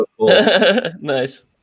Nice